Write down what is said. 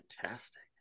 fantastic